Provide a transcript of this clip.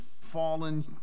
fallen